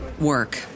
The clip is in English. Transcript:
work